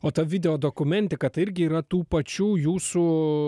o ta video dokumentika tai irgi yra tų pačių jūsų